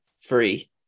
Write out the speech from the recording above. free